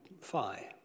phi